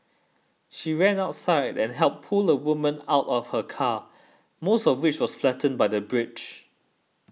she ran outside and helped pull a woman out of her car most of which was flattened by the bridge